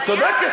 את צודקת.